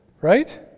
Right